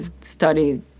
studied